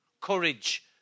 courage